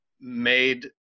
made